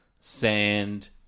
sand